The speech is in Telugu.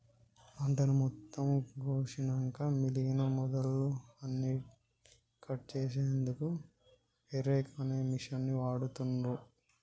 పంటను మొత్తం కోషినంక మిగినన మొదళ్ళు అన్నికట్ చేశెన్దుకు హేరేక్ అనే మిషిన్ని వాడుతాన్రు